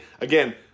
again